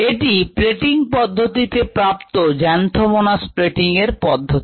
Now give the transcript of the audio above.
এটি প্লেটিং পদ্ধতিতে প্রাপ্ত Xanthomonas প্লেটিং এর পদ্ধতি